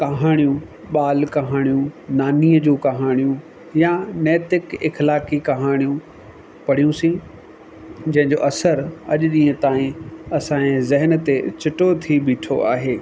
कहाणियूं बाल कहाणियूं नानियूं जूं कहाणियूं या नैतिक इक्लाखी कहाणियूं पढ़ियूसीं जंहिंजो असरु अॼु ॾींहं ताईं असांजे ज़हन ते चिटो थी ॿीठो आहे